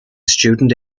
student